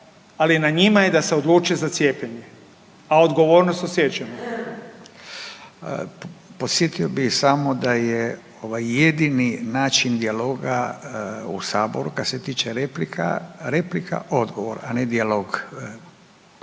Ali na njima je da se odluče za cijepljenje, a odgovornost osjećamo. **Radin, Furio (Nezavisni)** Podsjetio bih samo da je ovaj jedini način dijaloga u Saboru kada se tiče replika, replika odgovor a ne dijalog. Gospodin